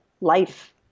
life